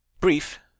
brief